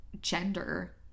gender